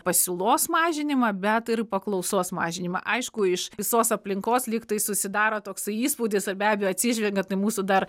pasiūlos mažinimą bet ir paklausos mažinimą aišku iš visos aplinkos lyg tai susidaro toks įspūdis ar be abejo atsižvelgiant į mūsų dar